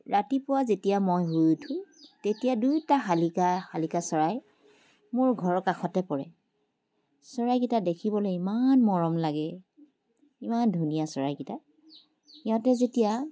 ৰাতিপুৱা যেতিয়া মই শুই উঠোঁ তেতিয়া দুইটা শালিকা শালিকা চৰাই মোৰ ঘৰৰ কাষতে পৰে চৰাইকেইটা দেখিবলৈ ইমান মৰম লাগে ইমান ধুনীয়া চৰাইকেইটা সিহঁতে যেতিয়া